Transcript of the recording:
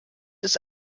ist